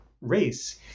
race